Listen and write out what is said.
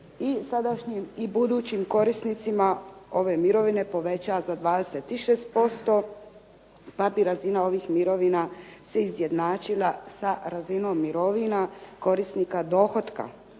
i sadašnjim i budućim korisnicima ove mirovine poveća za 26% pa bi razina ovih mirovina se izjednačila sa razinom mirovina korisnika dohotka